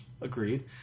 agreed